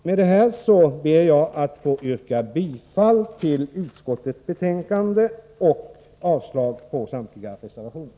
Med detta ber jag att få yrka bifall till utskottets hemställan och avslag på samtliga reservationer.